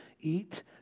eat